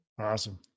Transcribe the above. Awesome